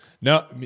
No